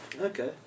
Okay